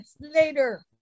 later